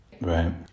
Right